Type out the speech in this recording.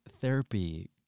therapy